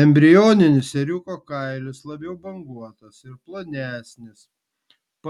embrioninis ėriuko kailis labiau banguotas ir plonesnis